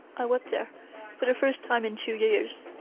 i wept there for the first time in two years,